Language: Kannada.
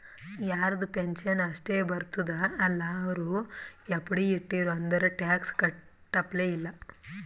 ಯಾರದು ಪೆನ್ಷನ್ ಅಷ್ಟೇ ಬರ್ತುದ ಅಲ್ಲಾ ಅವ್ರು ಎಫ್.ಡಿ ಇಟ್ಟಿರು ಅಂದುರ್ ಟ್ಯಾಕ್ಸ್ ಕಟ್ಟಪ್ಲೆ ಇಲ್ಲ